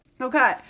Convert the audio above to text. okay